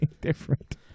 different